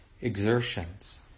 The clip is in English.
exertions